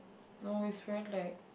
no it's very lag